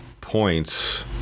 points